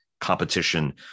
competition